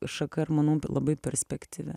šaka ir manau labai perspektyvi